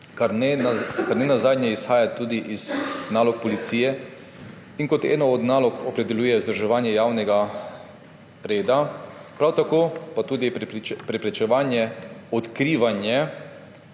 kar nenazadnje izhaja tudi iz nalog policije, in kot eno od nalog opredeljuje vzdrževanje javnega reda, prav tako pa tudi preprečevanje, odkrivanje